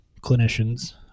clinicians